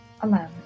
alone